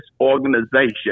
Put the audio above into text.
organization